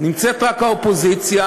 נמצאת רק האופוזיציה,